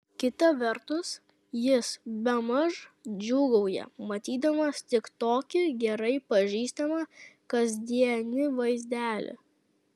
kita vertus jis bemaž džiūgauja matydamas tik tokį gerai pažįstamą kasdienį vaizdelį